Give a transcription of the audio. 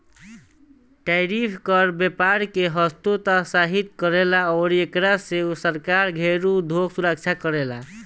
tariff कर व्यपार के हतोत्साहित करेला अउरी एकरा से सरकार घरेलु उधोग सुरक्षा करेला